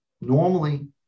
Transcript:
Normally